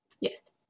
Yes